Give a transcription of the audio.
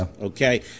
Okay